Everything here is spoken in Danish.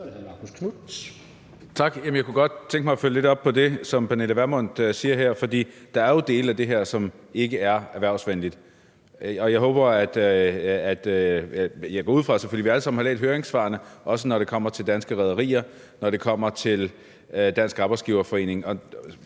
Tak. Jeg kunne godt tænke mig at følge lidt op på det, som Pernille Vermund siger her, for der er jo dele af det her, som ikke er erhvervsvenligt. Jeg går selvfølgelig ud fra, at vi alle sammen har læst høringssvarene, også når det kommer til Danske Rederier, og når det kommer til Dansk Arbejdsgiverforening.